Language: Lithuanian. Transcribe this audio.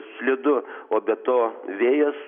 slidu o be to vėjas